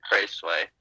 Raceway